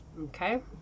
Okay